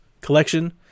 collection